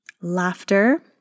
laughter